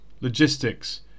logistics